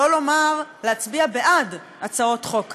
שלא לומר להצביע בעד הצעות החוק כאלה.